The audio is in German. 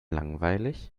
langweilig